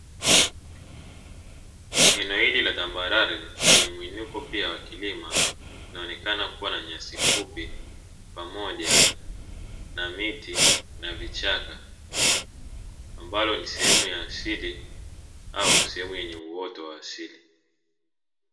Eneo hili la tambarare lenye mwinuko pia wa kilima inaonekana kuwa na nyasi fupi pamoja na miti na vichaka, ambalo ni sehemu ya asili au sehemu yenye uoto wa asili.